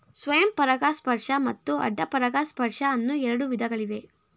ಸ್ವಯಂ ಪರಾಗಸ್ಪರ್ಶ ಮತ್ತು ಅಡ್ಡ ಪರಾಗಸ್ಪರ್ಶ ಅನ್ನೂ ಎರಡು ವಿಧಗಳಿವೆ